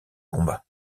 combat